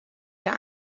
der